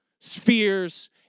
spheres